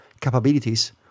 capabilities